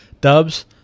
Dubs